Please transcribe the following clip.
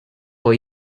for